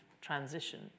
transition